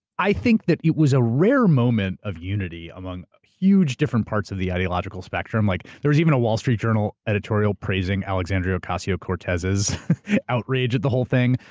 i think that it was a rare movement of unity among huge different parts of the ideological spectrum. like there's even a wall street journal editorial praising alexandria ocasio-cortez's outrage at the whole thing.